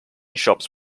shops